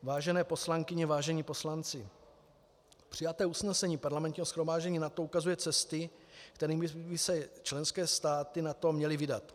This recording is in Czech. Vážené poslankyně, vážení poslanci, přijaté usnesení Parlamentního shromáždění NATO ukazuje cesty, kterými by se členské státy NATO měly vydat.